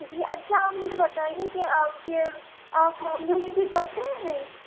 جی اچھا آپ مجھے بتائیے کہ آپ کے آپ آن لائن بھی کرتے ہیں یا نہیں